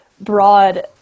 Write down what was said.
broad